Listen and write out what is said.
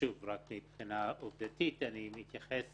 ושוב רק מבחינה עובדתית, אני מתייחס